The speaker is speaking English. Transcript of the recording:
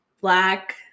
black